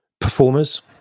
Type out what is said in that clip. performers